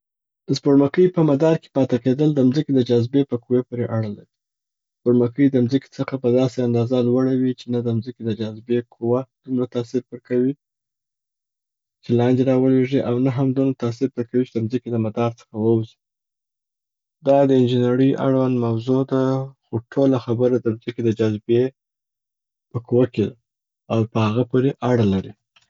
د سپوږمکۍ په مدار کې پاته کیدل د مځکي د جاذبې په قوې پوري اړه لري. سپوږمکۍ د مځکې څخه په داسي اندازه لوړه وي چې نه د مځکي د جاذبې قوه دومره تاثیر پر کوي چې لاندي را ولویږي او نه هم دونه تاثیر پر کوي چې د مځکي د مدار څخه ووځي. دا د انجینړۍ اړوند موضوع ده خو ټوله خبره د مځکي د جاذبې په قوه کې ده او په هغه پوري اړه لري.